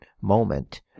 moment